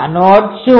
આનો અર્થ શું